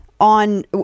on